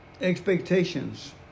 expectations